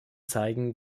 zeigen